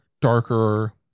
darker